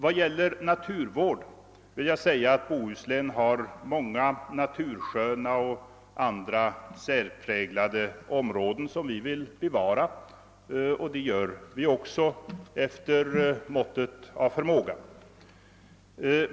Vad beträffar naturvården vill jag framhålla att Bohuslän har många natursköna och andra särpräglade områden som vi vill bevara, och det gör vi också efter måttet av vår förmåga.